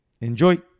Enjoy